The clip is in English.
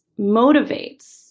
motivates